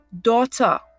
daughter